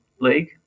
League